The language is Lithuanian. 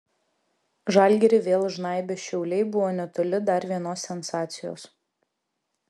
žalgirį vėl žnaibę šiauliai buvo netoli dar vienos sensacijos